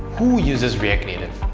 who uses react native?